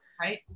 Right